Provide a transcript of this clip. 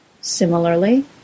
Similarly